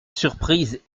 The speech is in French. surprise